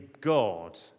God